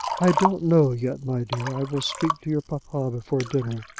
i don't know yet, my dear. i will speak to your papa before dinner.